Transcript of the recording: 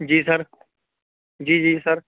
جی sir جی جی سر